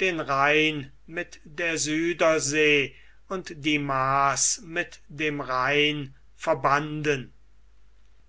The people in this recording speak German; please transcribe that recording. den rhein mit der südersee und die maas mit dem rhein verbanden